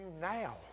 now